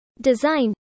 Design